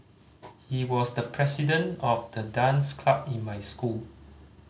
he was the president of the dance club in my school